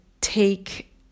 take